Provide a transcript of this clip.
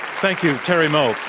thank you, terry moe.